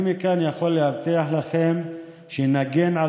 אני מכאן יכול להבטיח לכם שנגן על